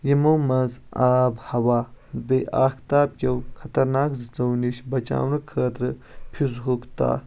یِمو منٛز آب ہوا تہٕ بیٚیہِ آفتاب کٮ۪و خطرناک زٕژو نِش بچاونہٕ خأطرٕ فِضہٕ ہُک تح